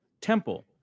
Temple